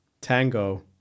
Tango